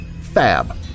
Fab